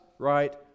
Right